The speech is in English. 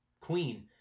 queen